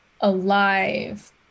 alive